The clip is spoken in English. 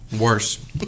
Worse